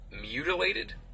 Mutilated